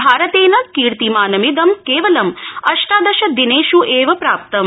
भारतेन कीर्तिमानमिप् केवलं अष्टा श शिनेष् एव प्राप्तम्